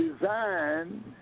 designed